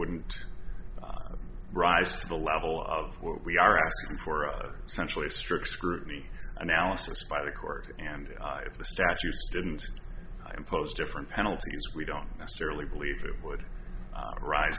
wouldn't rise to the level of what we are asking for other centrally strict scrutiny analysis by the court and the statute didn't impose different penalties we don't necessarily believe it would rise